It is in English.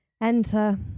Enter